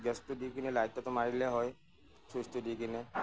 গেছটো দি কিনে লাইটাৰটো মাৰি দিলেই হয় চুইটচটো দি কিনে